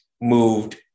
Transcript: moved